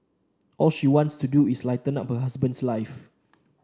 all she wants to do is light up her husband's life